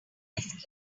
miss